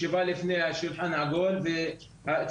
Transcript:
ישיבה טרם השולחן העגול בזום.